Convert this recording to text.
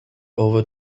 over